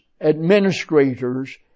administrators